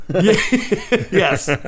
Yes